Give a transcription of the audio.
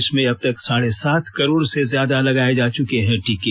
देश में अब तक साढ़े सात करोड़ से ज्यादा लगाये जा चुके हैं टीके